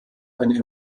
eine